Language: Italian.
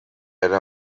era